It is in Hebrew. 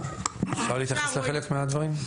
אפשר להתייחס לחלק מהדברים?